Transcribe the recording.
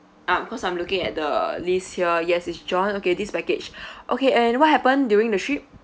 um cause I'm looking at the list here yes it's john okay this package okay and what happened during the trip